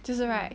就是 right